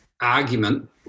argument